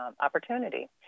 opportunity